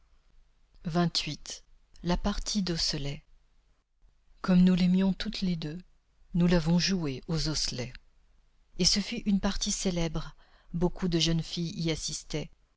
la partie d'osselets comme nous l'aimions tous les deux nous l'avons joué aux osselets et ce fut une partie célèbre beaucoup de jeunes filles y assistaient